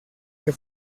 que